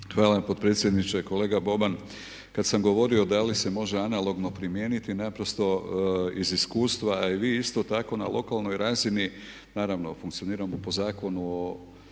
Hvala potpredsjedniče. Kolega Boban, kada sam govorio da li se može analogno primijeniti naprosto iz iskustva a i vi isto tako na lokalnoj razini naravno funkcioniramo po Zakonu o